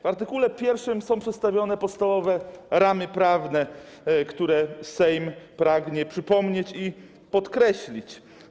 W art. 1 są przedstawione podstawowe ramy prawne, które Sejm pragnie przypomnieć i podkreślić.